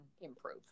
improve